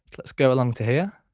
let's go along to here.